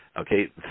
Okay